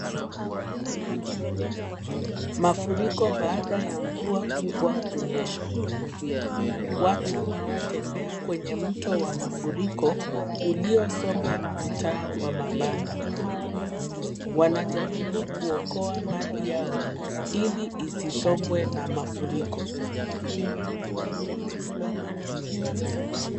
Mafuriko baada ya mvua kubwa kunyesha. Watu wanatembea kwenye mto wa mafuriko uliosomba mtaa wa mabanda. Wanajaribu kuokoa mali yao ili isisombwe na mafuriko.